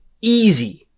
easy